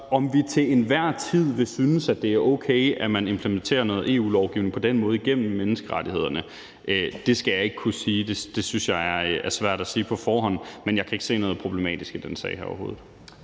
Om vi så til enhver tid vil synes, at det er okay, at man på den måde implementerer noget EU-lovgivning gennem menneskerettighederne, skal jeg ikke kunne sige. Det synes jeg er svært at sige på forhånd. Men jeg kan ikke se noget problematisk i den sag her, overhovedet.